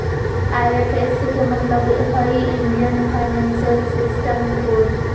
IFSC के मतलब हइ इंडियन फाइनेंशियल सिस्टम कोड